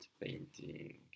painting